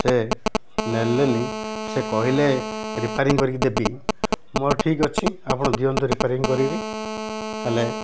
ସେ ନେଲେନି ସେ କହିଲେ ରିପ୍ୟାରିଂ କରିକି ଦେବି ମୋର ଠିକ ଅଛି ଆପଣ ଦିଅନ୍ତୁ ରିପ୍ୟାରିଂ କରିକିରି ହେଲେ